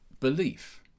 belief